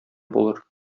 булыр